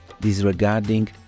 disregarding